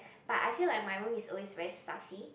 but I feel like my room is always very stuffy